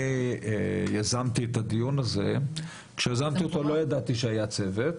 אני רוצה לדייק: כשיזמתי את הדיון הזה לא ידעתי שקיים צוות.